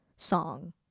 song